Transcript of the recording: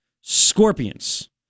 scorpions